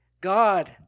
God